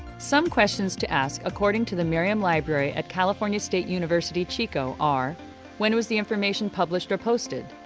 some questions to ask according to the miriam library at california state university, chico, are when was the information published or posted?